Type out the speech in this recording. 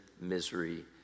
misery